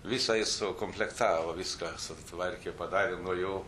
visai sukomplektavo viską sutvarkė padarė nuo jo